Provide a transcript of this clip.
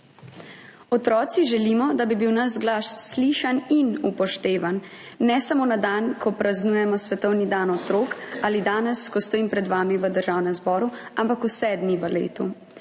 Otroci želimo, da bi bil naš glas slišan in upoštevan, ne samo na dan, ko praznujemo svetovni dan otrok, ali danes, ko stojim pred vami v Državnem zboru, ampak vse dni v letu.